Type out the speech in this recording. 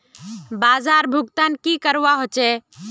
बाजार भुगतान की करवा होचे?